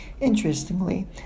Interestingly